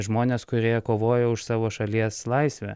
žmones kurie kovoja už savo šalies laisvę